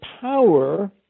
power